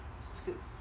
scoop